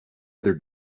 other